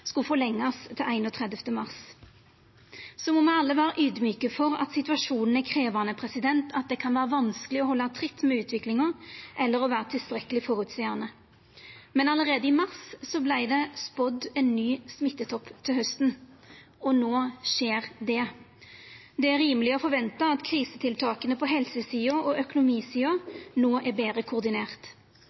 skulle forlengjast til 31. mars. Me må alle vera audmjuke for at situasjonen er krevjande, og at det kan vera vanskeleg å halda tritt med utviklinga eller vera tilstrekkeleg føreseieleg. Men allereie i mars vart det spådd ein ny smittetopp til hausten, og no skjer det. Det er rimeleg å forventa at krisetiltaka på helsesida og økonomisida no er betre